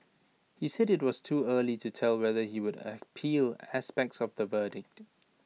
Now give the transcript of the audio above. he said IT was too early to tell whether he would appeal aspects of the verdict